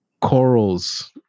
corals